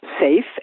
safe